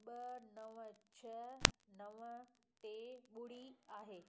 ॿ नव छह नव टे ॿुड़ी आहे